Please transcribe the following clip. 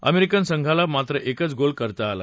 अमरिक्रि झिंघाला मात्र एकच गोल करता आला